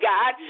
God